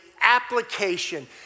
application